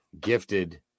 gifted